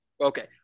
Okay